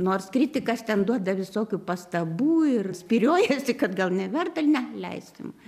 nors kritikas ten duoda visokių pastabų ir spyriojasi kad gal neverta ne leiskim